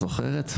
את זוכרת?